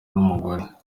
n’umugore